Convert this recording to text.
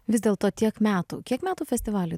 vis dėlto tiek metų kiek metų festivaliui